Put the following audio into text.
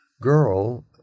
girl